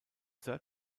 sir